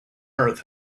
earth